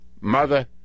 Mother